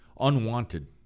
unwanted